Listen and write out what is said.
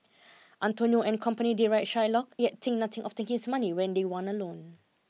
Antonio and company deride Shylock yet think nothing of taking his money when they want a loan